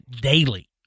daily